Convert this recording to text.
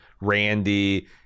randy